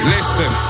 Listen